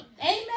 Amen